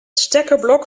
stekkerblok